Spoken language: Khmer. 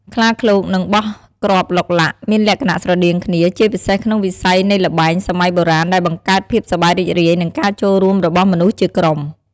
ខ្លាឃ្លោក និង បោះគ្រាប់ឡុកឡាក់ មានលក្ខណៈស្រដៀងគ្នា ជាពិសេសក្នុងវិស័យនៃល្បែងសម័យបុរាណដែលបង្កើតភាពសប្បាយរីករាយ និងការចូលរួមរបស់មនុស្សជាក្រុម។